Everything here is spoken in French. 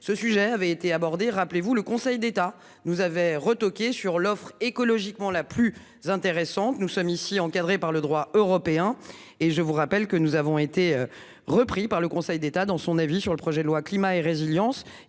ce sujet avait été abordé. Rappelez-vous le Conseil d'État nous avait retoqué sur l'offre écologiquement la plus intéressante. Nous sommes ici encadrée par le droit européen et je vous rappelle que nous avons été repris par le Conseil d'État dans son avis sur le projet de loi climat et résilience,